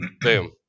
Boom